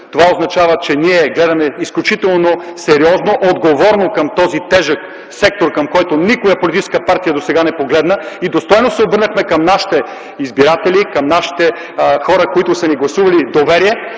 Това означава, че ние гледаме изключително сериозно и отговорно към този тежък сектор, към който никоя политическа сила досега не погледна и достойно се обърнахме към нашите избиратели, към нашите хора, които са ни гласували доверие.